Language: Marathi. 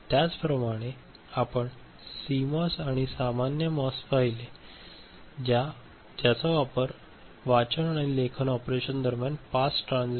त्याचप्रमाणे आपण सीमॉस आणि सामान्य मॉस पाहिले होते ज्या वापर वाचन आणि लेखन ऑपरेशन दरम्यान पास ट्रान्झिस्टर असा होतो